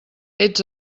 ets